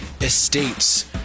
estates